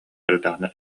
эрдэҕинэ